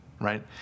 right